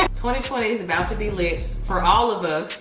twenty twenty is about to be lit for all of us.